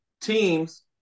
teams